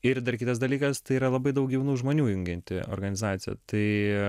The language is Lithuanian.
ir dar kitas dalykas tai yra labai daug jaunų žmonių jungianti organizacija tai